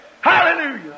Hallelujah